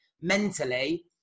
mentally